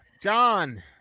John